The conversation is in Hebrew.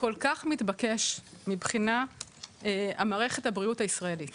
כל כך מתבקש מבחינת מערכת הבריאות הישראלית